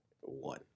One